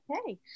Okay